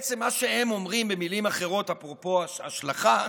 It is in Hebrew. מה שהם בעצם אומרים במילים אחרות, אפרופו השלכה,